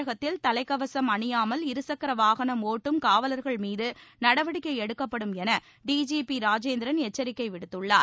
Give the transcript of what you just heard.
தமிழகத்தில் தலைக்கவசம் அணியாமல் இருசக்கர வாகனம் ஓட்டு காவலர்கள் மீது நடவடிக்கை எடுக்கப்படும் என டிஜிபி டி கே ராஜேந்திரன் எச்சரிக்கை விடுத்துள்ளார்